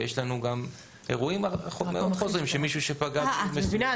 ויש לנו גם אירועים חוזרים של מישהו שפגע ------ את מבינה?